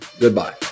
goodbye